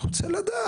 אני רוצה לדעת.